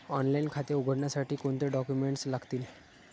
Online खाते उघडण्यासाठी कोणते डॉक्युमेंट्स लागतील?